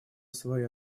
свои